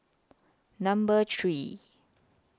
Number three